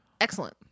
excellent